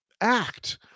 act